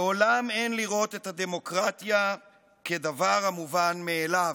לעולם אין לראות את הדמוקרטיה כדבר המובן מאליו,